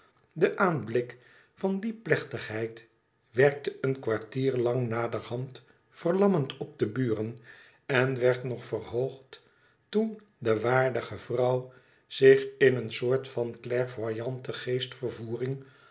de aanblik van die plechtigheid werkte een kwartier lang naderhand verlammend op de buren en werd nog verhoogd toen de waardige vrouw zich in een soort van clairvoyante geestvervoering